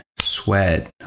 sweat